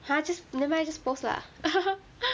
!huh! just never mind just post lah